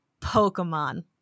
Pokemon